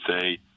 say